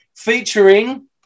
Featuring